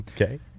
Okay